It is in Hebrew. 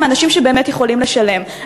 לא מה יעזור לשוק הדיור,